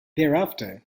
thereafter